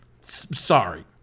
Sorry